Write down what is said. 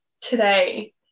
Today